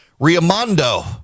Riamondo